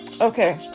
Okay